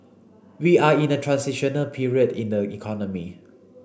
we are in a transition period in the economy